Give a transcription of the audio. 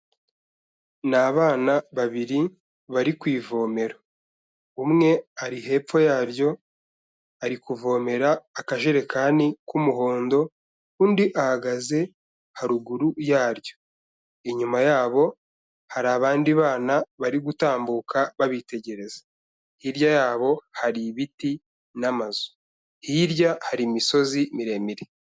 Ni abana babiri bari ku ivomero, umwe ari hepfo yaryo ari kuvomera akajerekani k'umuhondo, undi ahagaze haruguru yaryo, inyuma yabo hari abandi bana bari gutambuka babitegereza, hirya yabo hari ibiti n'amazu, hirya hari imisozi miremire.